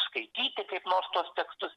skaityti kaip nors tuos tekstus